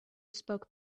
spoke